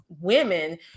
women